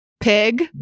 Pig